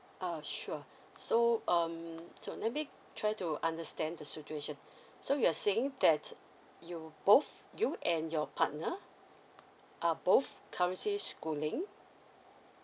oh sure so um so let me try to understand the situation so you're saying that you both you and your partner are both currently schooling